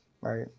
right